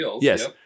yes